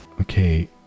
Okay